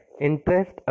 interest